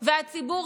והציבור,